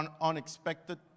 unexpected